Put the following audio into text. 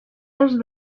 est